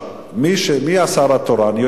מי השר התורן?